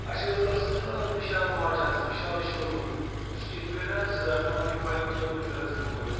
اَسہِ اوس گژھُن وِشال ماٹ حظ وِشالہٕ شو روٗم سُہ چھُ ییٚتہِ پٮ۪ٹھ حظ ٹُونٹی فایِو کِلوٗ میٖٹر حظ دوٗر